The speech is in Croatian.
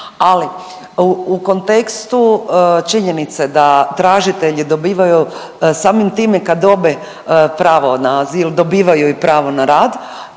ali u kontekstu činjenice da tražitelji dobivaju samim time kad dobe pravo na azil dobivaju i pravo na rad